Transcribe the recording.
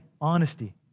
honesty